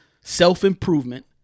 self-improvement